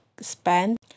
Spend